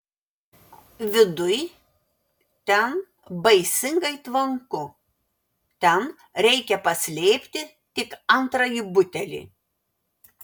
viduj ten baisingai tvanku ten reikia paslėpti tik antrąjį butelį